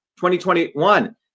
2021